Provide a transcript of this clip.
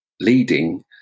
leading